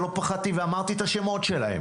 שלא פחדתי ואמרתי את השמות שלהם